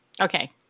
Okay